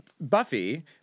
Buffy